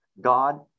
God